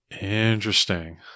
Interesting